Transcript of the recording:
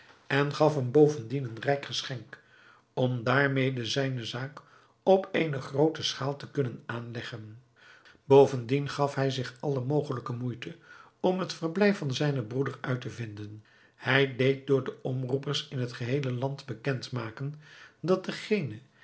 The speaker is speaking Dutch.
en gaf hem bovendien een rijk geschenk om daarmede zijne zaak op eene groote schaal te kunnen aanleggen bovenal gaf hij zich alle mogelijke moeite om het verblijf van zijnen broeder uit te vinden hij deed door de omroepers in de geheele stad bekend maken dat degene